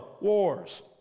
wars